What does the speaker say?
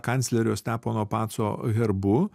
kanclerio stepono paco herbu